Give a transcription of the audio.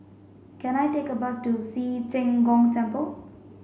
can I take a bus to Ci Zheng Gong Temple